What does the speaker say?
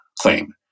claim